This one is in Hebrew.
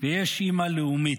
ויש אימא לאומית: